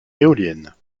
éolienne